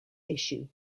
issue